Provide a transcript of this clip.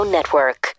Network